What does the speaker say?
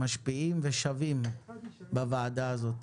משפיעים ושווים בוועדה הזאת.